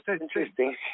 Interesting